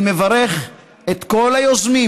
אני מברך את כל היוזמים,